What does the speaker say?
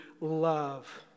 love